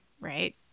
right